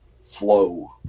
flow